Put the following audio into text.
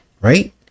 Right